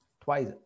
twice